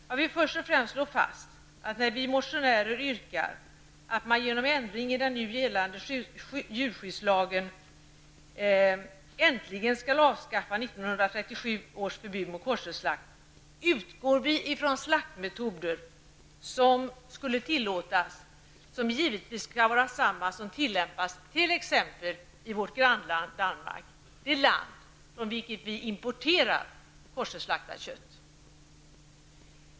Jag vill först och främst slå fast att när vi motionärer yrkar att man genom ändring i den nu gällande djurskyddslagen äntligen skall avskaffa 1937 års förbud mot koscherslakt, utgår vi från att de slaktmetoder som skulle tillåtas skall vara samma som tillämpas t.ex. i vårt grannland Danmark, det land från vilket vi importerar koscherslaktat kött.